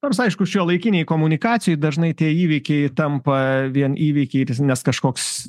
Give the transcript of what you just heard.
nors aišku šiuolaikinėj komunikacijoj dažnai tie įvykiai tampa vien įvykiai ir nes kažkoks